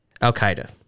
Al-Qaeda